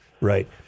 Right